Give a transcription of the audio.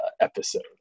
episode